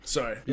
Sorry